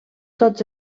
tots